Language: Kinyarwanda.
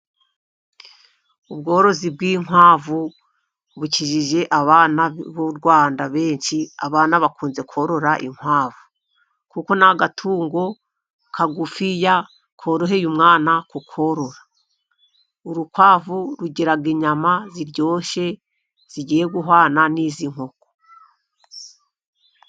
Ubworozi bw'inkwavu bukijije abana b'u Rwanda benshi, abana bakunze korora inkwavu, kuko ni agatungo kagufiya koroheye umwana ku korora. Urukwavu rugira inyama ziryoshye zigiye guhwana n'iz'inkoko.